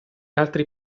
altri